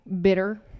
Bitter